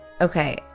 Okay